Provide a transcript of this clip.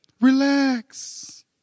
Relax